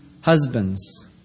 husbands